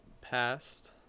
past